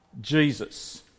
Jesus